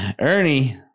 Ernie